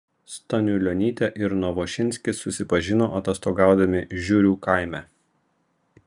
staniulionytė ir novošinskis susipažino atostogaudami žiurių kaime